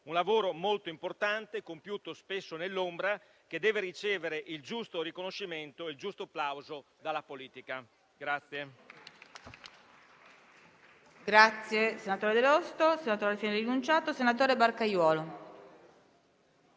un lavoro molto importante, compiuto spesso nell'ombra, che deve ricevere il giusto riconoscimento e il giusto plauso dalla politica.